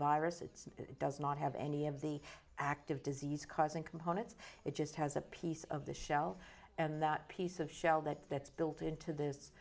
virus it does not have any of the active disease causing components it just has a piece of the shell and that piece of shell that that's built into this